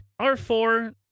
R4